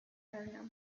area